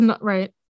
right